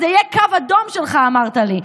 זה יהיה קו אדום שלך, אמרת לי.